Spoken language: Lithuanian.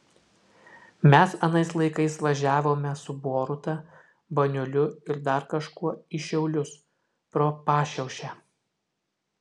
mes anais laikais važiavome su boruta baniuliu ir dar kažkuo į šiaulius pro pašiaušę